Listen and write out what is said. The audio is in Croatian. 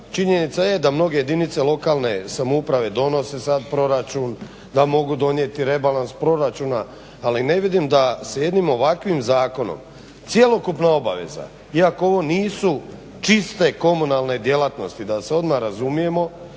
činjenica je da mnoge jedinice lokalne samouprave donose sad proračun, da mogu donijeti rebalans proračuna ali ne vidim da se jednim ovakvim zakonom cjelokupna obaveza, iako ovo nisu čiste komunalne djelatnosti da se odmah razumijemo